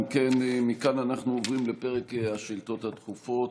אם כן, מכאן אנחנו עוברים לפרק השאילתות הדחופות.